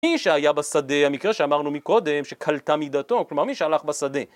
מי שהיה בשדה, המקרה שאמרנו מקודם, שכלתה מידתו, כלומר, מי שהלך בשדה,